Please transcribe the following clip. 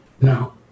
Now